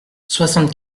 soixante